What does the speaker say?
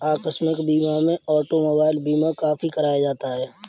आकस्मिक बीमा में ऑटोमोबाइल बीमा काफी कराया जाता है